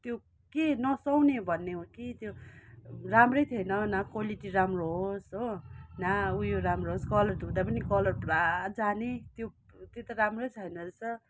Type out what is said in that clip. त्यो के नसुहाउने भन्ने हो कि त्यो राम्रै थिएन न क्वालिटी राम्रो होस् हो न उयो राम्रो होस् कलर धुँदा पनि कलर पुरा जाने त्यो त्यो त राम्रो छैन रहेछ